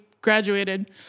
graduated